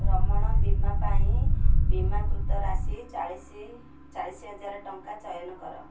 ଭ୍ରମଣ ବୀମା ପାଇଁ ବୀମାକୃତ ରାଶି ଚାଳିଶ ଚାଳିଶ ହଜାର ଟଙ୍କା ଚୟନ କର